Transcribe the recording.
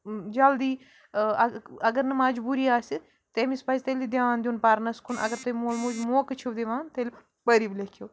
جَلدی اَگر نہٕ مجبوٗری آسہِ تٔمِس پَزِ تیٚلہِ دھیان دیُن پَرنَس کُن اگر تۄہہِ مول موج موقعہٕ چھِو دِوان تیٚلہِ پٔرِو لیکھِو